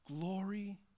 glory